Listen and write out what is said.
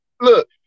look